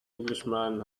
englishman